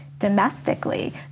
domestically